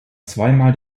zweimal